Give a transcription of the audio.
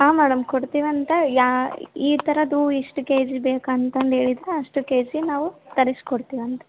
ಹಾಂ ಮೇಡಮ್ ಕೊಡ್ತೀವಂತೆ ಯಾವ ಈ ಥರದ ಹೂ ಎಷ್ಟು ಕೆ ಜಿ ಬೇಕಂತಂದು ಹೇಳಿದ್ರ ಅಷ್ಟು ಕೆ ಜಿ ನಾವು ತರಿಸಿ ಕೊಡ್ತೀವಿ ಅಂತೆ